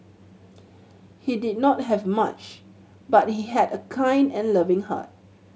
he did not have much but he had a kind and loving heart